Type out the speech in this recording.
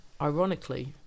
ironically